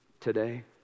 today